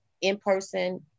in-person